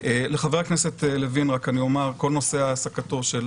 לחבר הכנסת לוין רק אני אומר שכל נושא העסקתו של